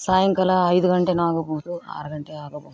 ಸಾಯಂಕಾಲ ಐದು ಗಂಟೇ ಆಗಬಹುದು ಆರು ಗಂಟೆ ಆಗಬಹುದು